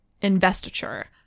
investiture